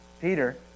Peter